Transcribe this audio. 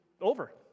over